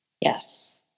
Yes